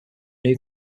new